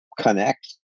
connect